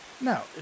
Now